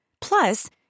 Plus